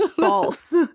false